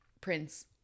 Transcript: Prince